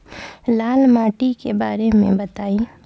लाल माटी के बारे में बताई